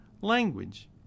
language